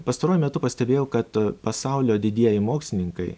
pastaruoju metu pastebėjau kad pasaulio didieji mokslininkai